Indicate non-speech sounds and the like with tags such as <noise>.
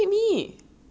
<laughs>